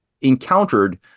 encountered